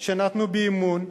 שנתנו בי אמון.